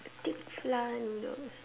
thick flour noodles